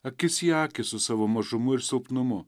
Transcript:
akis į akį su savo mažumu ir silpnumu